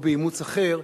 או באימוץ אחר,